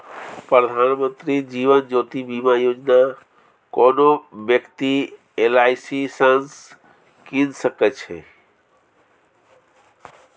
प्रधानमंत्री जीबन ज्योती बीमा योजना कोनो बेकती एल.आइ.सी सँ कीन सकै छै